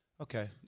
okay